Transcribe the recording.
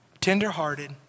tenderhearted